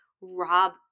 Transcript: rob